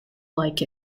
like